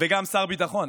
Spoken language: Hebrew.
וגם שר הביטחון?